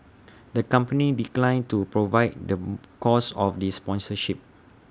the company declined to provide the cost of these sponsorship